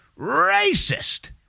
racist